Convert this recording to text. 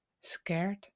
scared